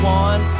one